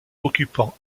occupant